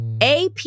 AP